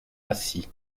acy